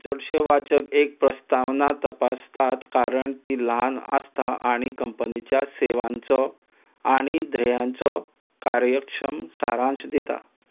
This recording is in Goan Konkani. चडशे वाचक एक प्रस्तावना तपासतात कारण ती ल्हान आसता आनी कंपनीच्या सेवांचो आनी द्रेहांचो कार्यक्षम सारांश दिता